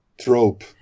trope